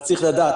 אז צריך לדעת,